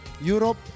Europe